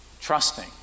trusting